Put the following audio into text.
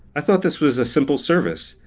i thought this was a simple service?